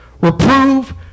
Reprove